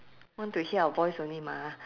want to hear our voice only mah